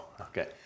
Okay